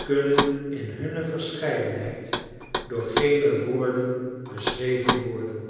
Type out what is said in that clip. kunnen in hunne verscheidenheid door geene woorden beschreven worden